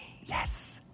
Yes